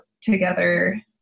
together